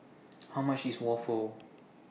How much IS Waffle